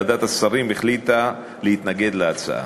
ועדת השרים החליטה להתנגד להצעה.